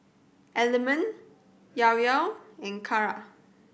Element Llao Llao in Kara